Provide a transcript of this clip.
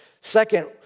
Second